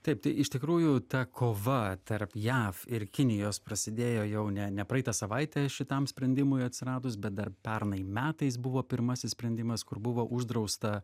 taip tai iš tikrųjų ta kova tarp jav ir kinijos prasidėjo jau ne ne praeitą savaitę šitam sprendimui atsiradus bet dar pernai metais buvo pirmasis sprendimas kur buvo uždrausta